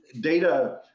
data